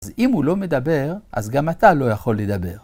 אז אם הוא לא מדבר, אז גם אתה לא יכול לדבר.